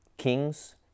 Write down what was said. kings